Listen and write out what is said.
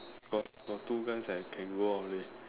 but but two guys ah can go out leh